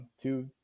two